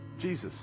Jesus